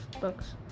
books